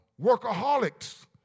workaholics